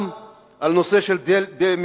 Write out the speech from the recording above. גם על הנושא של דה-מיליטריזציה,